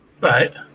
Right